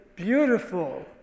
Beautiful